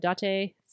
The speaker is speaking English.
date